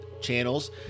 channels